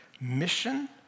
mission